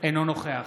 אינו נוכח